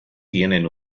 tienen